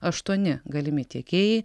aštuoni galimi tiekėjai